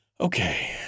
Okay